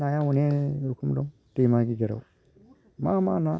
नाया अनेक रोखोम दं दैमा गेजेराव मा मा ना